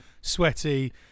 sweaty